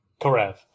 Karev